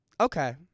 Okay